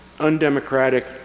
Undemocratic